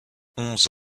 onze